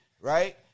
right